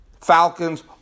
Falcons